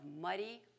muddy